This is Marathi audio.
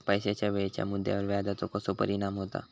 पैशाच्या वेळेच्या मुद्द्यावर व्याजाचो कसो परिणाम होता